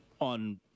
on